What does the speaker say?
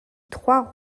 trois